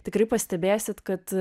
tikrai pastebėsit kad